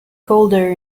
colder